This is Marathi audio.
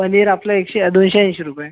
पनीर आपल्या एकशे दोनशे ऐंशी रुपये